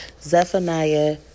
Zephaniah